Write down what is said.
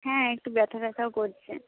হ্যাঁ একটু ব্যাথা ব্যাথাও করছে